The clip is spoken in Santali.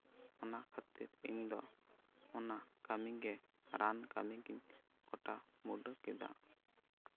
ᱚᱱᱟ ᱠᱷᱟᱹᱛᱤᱨ ᱤᱧ ᱫᱚ ᱚᱱᱟ ᱠᱟᱹᱢᱤ ᱜᱮ ᱨᱟᱱ ᱠᱟᱹᱢᱤ ᱜᱮ ᱜᱳᱴᱟ ᱵᱩᱴᱟᱹ ᱠᱮᱫᱟ